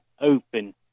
open